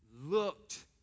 looked